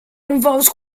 involves